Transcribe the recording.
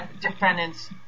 defendants